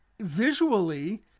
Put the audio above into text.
visually